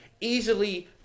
easily